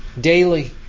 daily